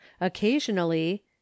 occasionally